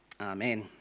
Amen